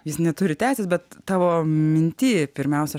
jis neturi teisės bet tavo minty pirmiausia